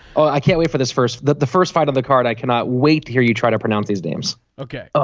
i can't wait for this first that the first fight on the card. i cannot wait to hear you try to pronounce these names ok.